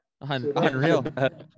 Unreal